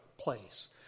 place